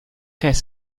qu’est